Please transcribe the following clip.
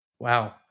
Wow